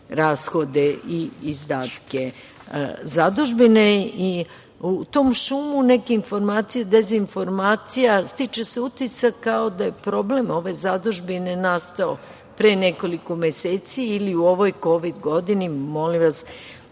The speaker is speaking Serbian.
rashode i izdatke zadužbine.U tom šumu nekih informacija i dezinformacija stiče se utisak kao da je problem ove zadužbine nastao pre nekoliko meseci ili u ovoj kovid godini. Molim vas